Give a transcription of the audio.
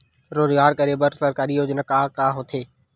रोजगार करे बर सरकारी योजना का का होथे?